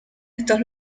estos